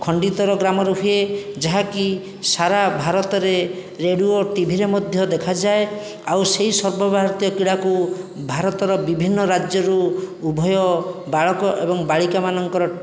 ଖଣ୍ଡିତର ଗ୍ରାମରେ ହୁଏ ଯାହାକି ସାରା ଭାରତରେ ରେଡ଼ିଓ ଟିଭିରେ ମଧ୍ୟ ଦେଖାଯାଏ ଆଉ ସେହି ସର୍ବଭାରତୀୟ କ୍ରୀଡ଼ାକୁ ଭାରତର ବିଭିନ୍ନ ରାଜ୍ୟରୁ ଉଭୟ ବାଳକ ଏବଂ ବାଳିକାମାନଙ୍କର